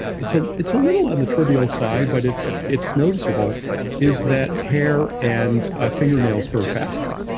it's ah it's a little on the trivial side, but it's it's noticeable is that hair and ah fingernails grow faster.